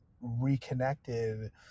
reconnected